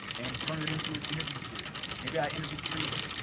and turn it into an interview series. maybe i interview three of them,